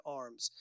arms